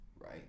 right